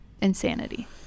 insanity